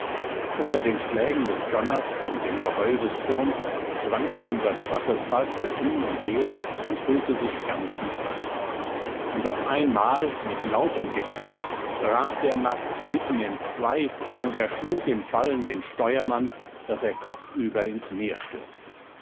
unter den schlägen des donners und dem geheul des sturms schwankte unser schwaches fahrzeug hin und her und füllte sich ganz mit wasser und auf einmal mit lautem gekrach brach der mast mitten entzwei und erschlug im fallen den steuermann daß er kopfüber ins meer stürzte